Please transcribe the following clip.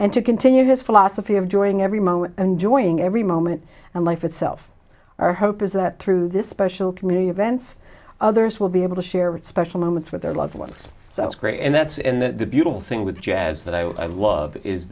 and to continue his philosophy of during every moment and joining every moment and life itself our hope is that through this special community events others will be able to share what special moments with their loved ones so that's great and that's in the beautiful thing with jazz that i love is